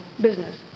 business